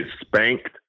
spanked